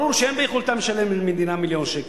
ברור שאין ביכולתם לשלם למדינה מיליון שקל.